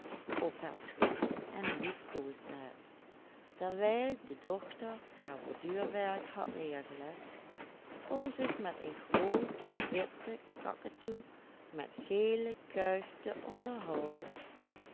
de dochter haar borduurwerk had neergelegd om zich met een grooten witten kaketoe met gele kuif te onderhouden